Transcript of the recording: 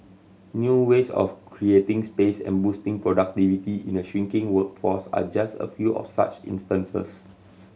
new ways of creating space and boosting productivity in a shrinking workforce are just a few of such instances